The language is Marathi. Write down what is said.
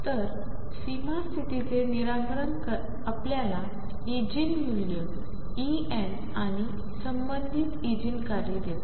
तर सीमा स्थितीचे निराकरण आपल्याला इगेन मूल्य E n आणि संबंधित इगेन कार्ये देते